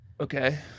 Okay